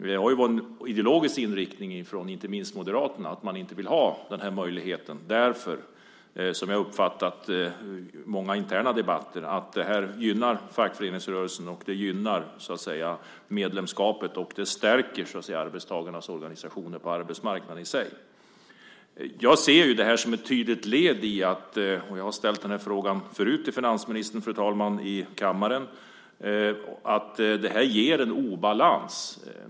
Det har varit en ideologisk inriktning inte minst från Moderaterna att inte vilja ha den här möjligheten därför att detta - som jag uppfattat många interna debatter - gynnar fackföreningsrörelsen och medlemskapet och stärker arbetstagarnas organisationer på arbetsmarknaden. Jag ser det hela som ett tydligt led i sammanhanget. Jag har tidigare, fru talman, här i kammaren ställt samma fråga till finansministern. Det här ger en obalans.